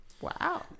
Wow